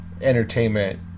entertainment